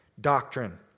doctrine